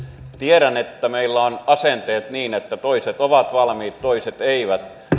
tiedän että meillä on asenteet niin että toiset ovat valmiit toiset eivät